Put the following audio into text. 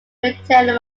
retail